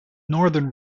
northern